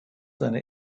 seine